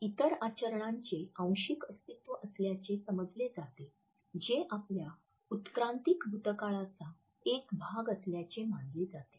इतर आचरणांचे आंशिक अस्तित्व असल्याचे समजले जाते जे आपल्या उत्क्रांतिक भूतकाळाचा एक भाग असल्याचे मानले जाते